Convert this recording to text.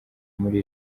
muri